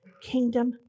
kingdom